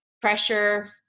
pressure